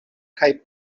kaj